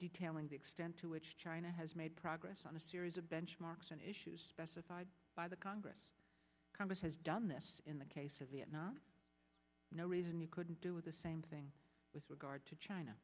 detailing the extent to which china has made progress on a series of benchmarks and issues pesticide by the congress congress has done this in the case of vietnam no reason you couldn't do the same thing with regard to china